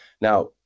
Now